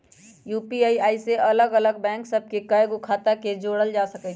UPI में अलग अलग बैंक सभ के कएगो खता के जोड़ल जा सकइ छै